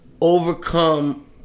overcome